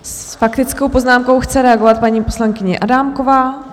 S faktickou poznámkou chce reagovat paní poslankyně Adámková.